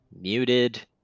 muted